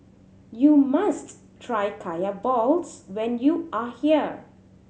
you must try Kaya balls when you are here